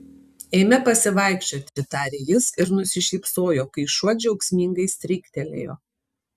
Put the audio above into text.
eime pasivaikščioti tarė jis ir nusišypsojo kai šuo džiaugsmingai stryktelėjo